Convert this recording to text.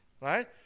right